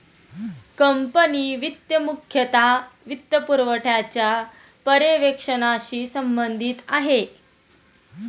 company वित्त मुख्यतः वित्तपुरवठ्याच्या पर्यवेक्षणाशी संबंधित आहे